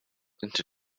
into